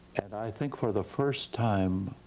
and i think for the first time,